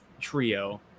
trio